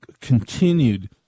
continued